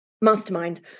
mastermind